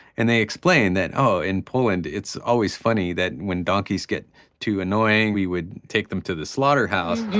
and they explained that, oh, in poland it's always funny that when donkeys get too annoying we would take them to the slaughterhouse.